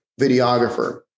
videographer